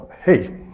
Hey